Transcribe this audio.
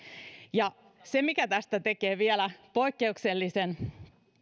ja se mikä tästä tekee vielä poikkeuksellisen